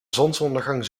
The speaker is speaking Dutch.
zonsondergang